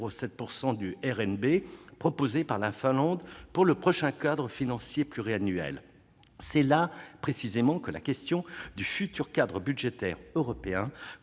% du RNB proposé par la Finlande pour le prochain cadre financier pluriannuel. C'est là précisément que la question du futur cadre budgétaire européen